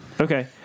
Okay